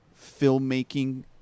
filmmaking